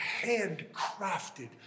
handcrafted